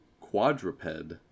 quadruped